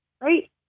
right